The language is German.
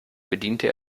bediente